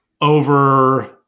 over